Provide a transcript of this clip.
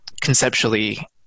conceptually